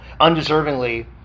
undeservingly